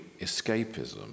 escapism